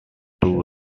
two